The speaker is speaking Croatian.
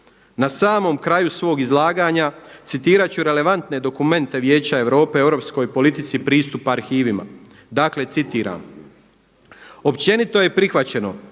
Na samom kraju svog izlaganja citirat ću relevantne dokumente Vijeća Europe o europskoj politici pristupa arhivima. Dakle citiram. Općenito je prihvaćeno